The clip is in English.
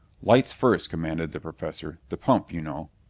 lights first, commanded the professor. the pump, you know.